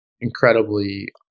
incredibly